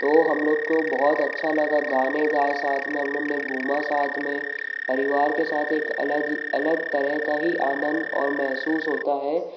तो हम लोग को बहुत अच्छा लगा गाने गाए साथ में हम लोग ने घूमा साथ में परिवार के साथ एक अलग ही अलग तरह का ही आनंद और महसूस होता है